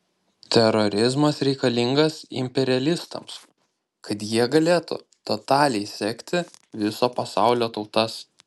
terorizmas reikalingas imperialistams kad jie galėtų totaliai sekti viso pasaulio tautas